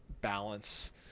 balance